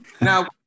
Now